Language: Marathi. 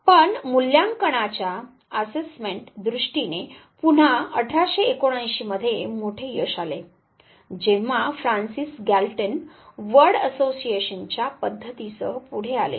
पण मूल्यांकनाच्या दृष्टीने पुन्हा 1879 मध्ये मोठे यश आले जेंव्हा फ्रान्सिस गॅल्टन वर्ड असोसिएशन च्या पद्धतीसह पुढे आले